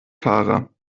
fahrer